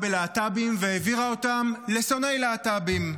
בלהט"בים והעבירה אותם לשונאי להט"בים.